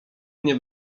nie